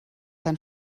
dein